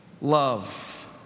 love